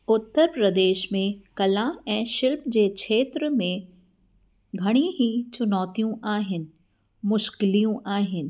उत्तर प्रदेश में कला ऐं शिल्प जे खेत्र में घणी ई चुनौतियूं आहिनि मुश्किलियूं आहिनि